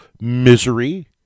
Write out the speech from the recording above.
misery